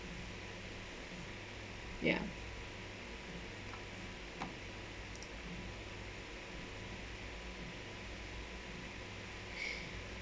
ya